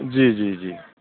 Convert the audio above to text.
जी जी जी जी